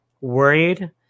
worried